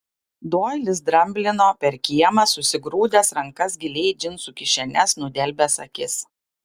doilis dramblino per kiemą susigrūdęs rankas giliai į džinsų kišenes nudelbęs akis